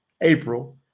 April